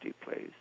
place